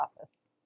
office